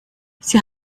sie